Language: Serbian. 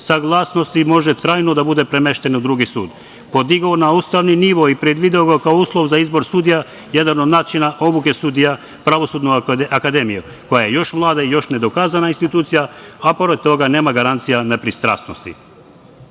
saglasnosti može trajno da bude premešten u drugi sud, podigao na ustavni nivo i predvideo ga kao uslov za izbor sudija jedan od načina obuke sudija, Pravosudnu akademiju, koja je još mlada i još nedokazana institucija, a pored toga, nema garancija nepristrasnosti. Zato